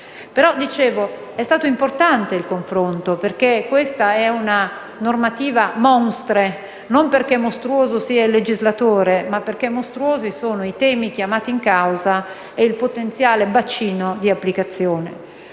il confronto è stato importante perché questa è una normativa *monstre*, non perché mostruoso sia il legislatore, bensì perché mostruosi sono i temi chiamati in causa e il potenziale bacino di applicazione.